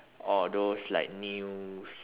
or those like news